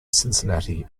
cincinnati